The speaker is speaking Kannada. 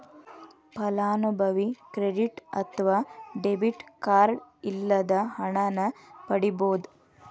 ಫಲಾನುಭವಿ ಕ್ರೆಡಿಟ್ ಅತ್ವ ಡೆಬಿಟ್ ಕಾರ್ಡ್ ಇಲ್ಲದ ಹಣನ ಪಡಿಬೋದ್